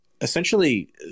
essentially